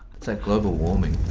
it's like global warming.